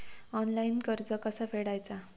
Online कर्ज कसा फेडायचा?